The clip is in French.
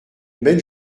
belle